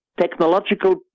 technological